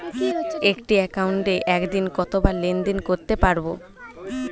একটি একাউন্টে একদিনে কতবার লেনদেন করতে পারব?